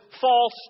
false